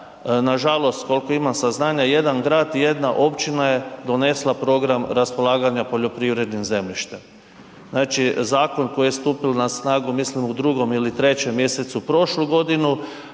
nažalost, koliko imam saznanja, jedan grad i jedna općina je donesla program raspolaganja poljoprivrednim zemljištem. Znači zakon koji je stupio na snagu mislim u 2. ili 3. mjesecu prošlu godinu,